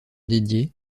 dédié